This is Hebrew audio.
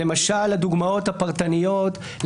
למשל הדוגמאות הפרטניות,